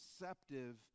receptive